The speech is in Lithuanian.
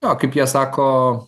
na kaip jie sako